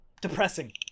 depressing